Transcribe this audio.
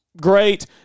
great